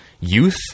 youth